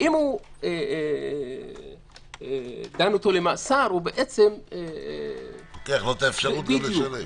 ואם הוא דן אותו למאסר הוא בעצם --- לוקח לו גם האפשרות לשלם.